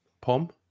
Pom